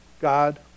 God